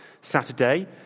Saturday